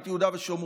את יהודה ושומרון,